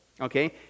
okay